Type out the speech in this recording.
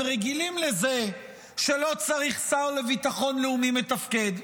רגילים לזה שלא צריך שר לביטחון לאומי מתפקד.